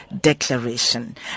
Declaration